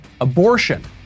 Abortion